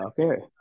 Okay